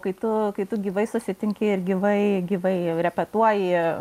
kai tu kai tu gyvai susitinki ir gyvai gyvai repetuoji